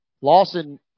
Lawson